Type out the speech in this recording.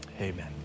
Amen